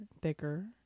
thicker